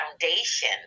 foundation